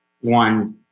one